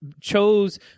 chose